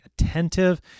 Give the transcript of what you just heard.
attentive